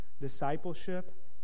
discipleship